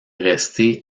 resté